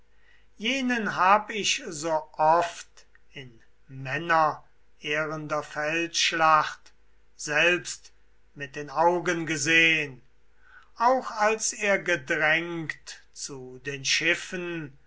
jenen hab ich so oft in männerehrender feldschlacht selbst mit den augen gesehn auch als er gedrängt zu den schiffen